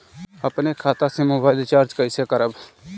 अपने खाता से मोबाइल रिचार्ज कैसे करब?